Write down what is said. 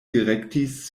direktis